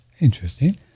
Interesting